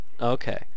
Okay